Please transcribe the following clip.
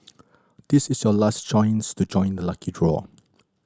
this is your last chance to join the lucky draw